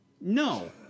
No